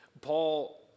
Paul